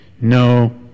no